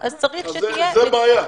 זה בעיה.